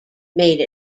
made